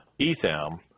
Etham